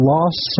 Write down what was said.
Lost